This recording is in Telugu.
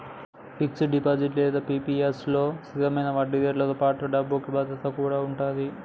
ఫిక్స్డ్ డిపాజిట్ లేదా పీ.పీ.ఎఫ్ లలో స్థిరమైన వడ్డీరేటుతో పాటుగా డబ్బుకి భద్రత కూడా ఉంటది